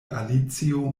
alicio